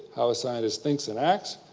how a scientist thinks and acts,